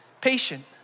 patient